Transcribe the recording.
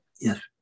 Yes